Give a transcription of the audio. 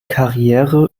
karriere